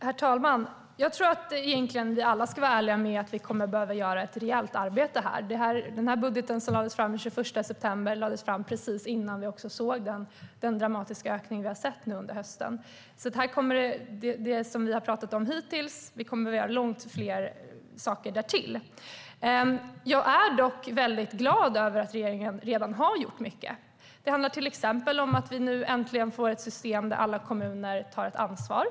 Herr talman! Jag tror att vi alla ska vara ärliga med att vi kommer att behöva göra ett rejält arbete här. Budgeten som lades fram den 21 september kom precis innan vi såg den dramatiska ökningen under hösten, och vi kommer att göra långt fler saker än det som vi har pratat om hittills. Jag är dock glad över att regeringen redan har gjort mycket. Det handlar till exempel om att vi nu äntligen får ett system där alla kommuner tar ansvar.